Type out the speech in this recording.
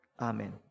Amen